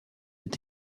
est